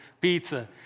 pizza